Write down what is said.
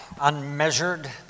unmeasured